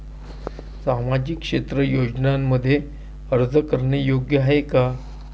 सामाजिक क्षेत्र योजनांमध्ये अर्ज करणे योग्य आहे का?